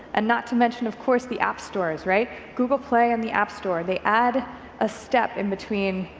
and not to mention of course the app stores, right? google play and the app store, they add a step in between